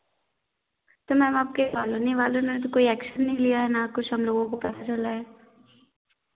तो मैम आपके कॉलोनी वालों ने तो कोई एक्शन नहीं लिया है ना कुछ हम लोगों को पता चला है